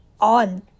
on